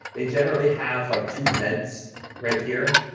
they generally have like two vents right here.